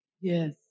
Yes